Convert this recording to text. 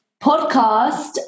podcast